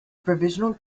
provisional